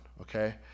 okay